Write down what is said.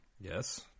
Yes